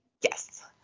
Yes